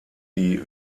die